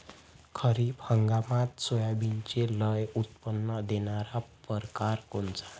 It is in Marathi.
खरीप हंगामात सोयाबीनचे लई उत्पन्न देणारा परकार कोनचा?